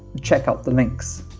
check out the links.